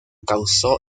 causó